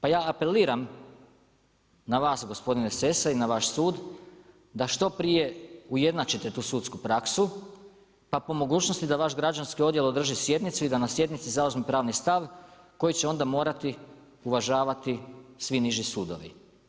Pa ja apeliram na vas gospodine Sessa i na vaš sud da što prije ujednačite tu sudsku praksu pa po mogućnosti da vaš građanski odjel održi sjednicu i da na sjednici zauzme pravni stav koji će onda morati uvažavati svi niži sudovi.